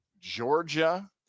Georgia